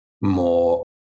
more